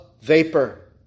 vapor